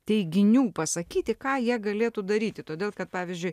teiginių pasakyti ką jie galėtų daryti todėl kad pavyzdžiui